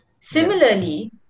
Similarly